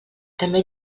també